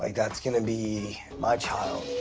like that's going to be my child.